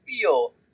feel